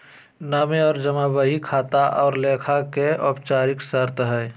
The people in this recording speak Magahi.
नामे और जमा बही खाता और लेखा के औपचारिक शर्त हइ